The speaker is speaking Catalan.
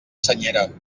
senyera